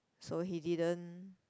so he didn't